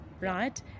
right